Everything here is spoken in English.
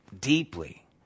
deeply